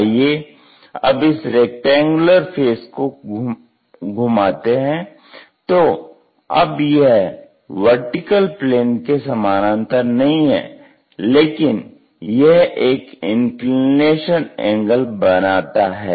आइये अब इस रेक्टेंगुलर फेस को घूमते हैं तो अब यह VP के समानांतर नहीं है लेकिन यह एक इंक्लिनेशन एंगल बनता है